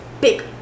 big